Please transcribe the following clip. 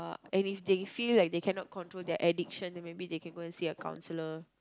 and if they feel like they cannot control their addiction then maybe they can like go and see a counsellor